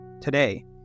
today